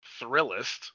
Thrillist